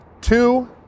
two